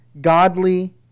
godly